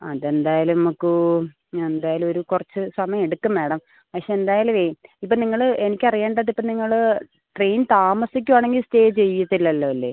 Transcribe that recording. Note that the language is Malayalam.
ആ അത് എന്തായാലും നമുക്ക് ആ എന്തായാലും ഒരു കുറച്ച് സമയം എടുക്കും മാഡം പക്ഷേ എന്തായാലുവേ ഇപ്പോൾ നിങ്ങള് എനിക്കറിയേണ്ടത് ഇപ്പോൾ നിങ്ങള് ട്രെയിൻ താമസിക്കുവാണെങ്കിൽ സ്റ്റേ ചെയ്യത്തില്ലല്ലോ അല്ലേ